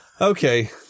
Okay